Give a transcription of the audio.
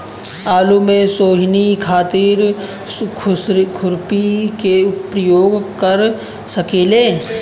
आलू में सोहनी खातिर खुरपी के प्रयोग कर सकीले?